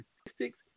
statistics